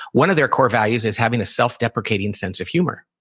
one of their core values is having a self-deprecating sense of humor.